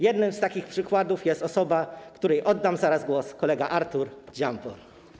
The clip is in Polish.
Jednym z takich przykładów jest osoba, której oddam zaraz głos, kolega Artur Dziambor.